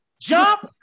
jump